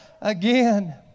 again